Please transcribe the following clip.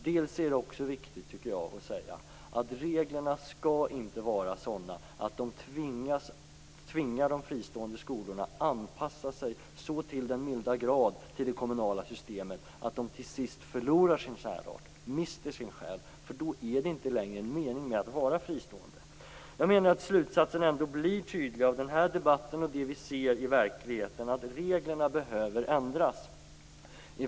Det är viktigt att reglerna inte är sådana att de tvingar de fristående skolorna att anpassa sig så till den milda grad till det kommunala systemet att de till sist förlorar sin särart, mister sin själ, för då är det inte längre någon mening med att vara fristående. Slutsatsen av den här debatten och av det vi ser i verkligheten är tydlig, reglerna behöver ändras.